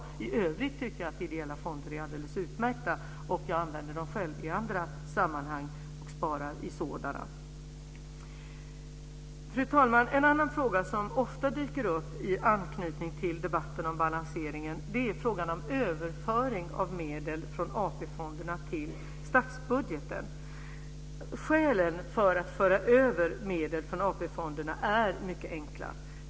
För övrigt tycker jag att ideella fonder är alldeles utmärkta, och jag sparar själv i sådana i andra sammanhang. Fru talman! Skälen för att föra över medel från AP fonderna är mycket enkla.